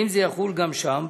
האם זה יחול גם שם?